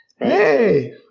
Hey